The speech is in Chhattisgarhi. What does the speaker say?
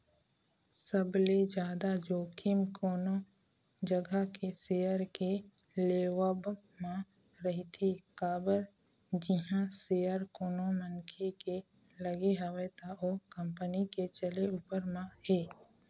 सबले जादा जोखिम कोनो जघा के सेयर के लेवब म रहिथे काबर जिहाँ सेयर कोनो मनखे के लगे हवय त ओ कंपनी के चले ऊपर म हे